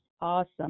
awesome